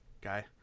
guy